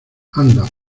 anda